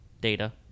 data